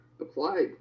applied